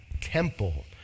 temple